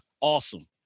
awesome